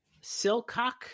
silcock